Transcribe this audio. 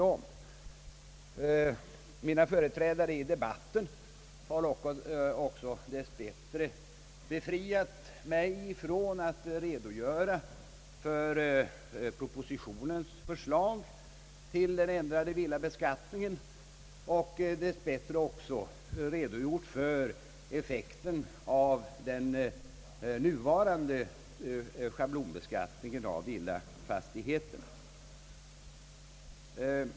Mina företrädare i debatten har också dessbättre befriat mig från att redogöra för propositionens förslag till den ändrade villabeskattningen, och de har även redogjort för effekten av den nuvarande schablonbeskattningen av villafastigheter.